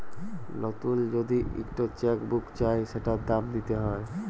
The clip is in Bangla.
লতুল যদি ইকট চ্যাক বুক চায় সেটার দাম দ্যিতে হ্যয়